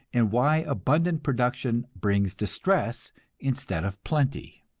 and why abundant production brings distress instead of plenty.